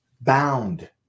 bound